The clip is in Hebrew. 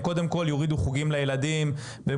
הם קודם כל יורידו חוגים לילדים והם